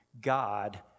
God